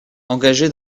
engagé